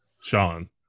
Sean